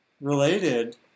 related